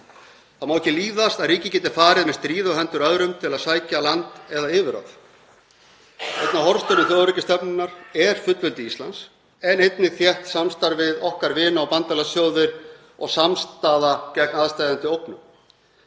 Það má ekki líðast að ríki geti farið með stríði á hendur öðrum til að sækja land eða yfirráð. Einn hornsteinn þjóðaröryggisstefnunnar er fullveldi Íslands en einnig þétt samstarf við okkar vina- og bandalagsþjóðir og samstaða gegn aðsteðjandi ógnum,